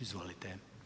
Izvolite.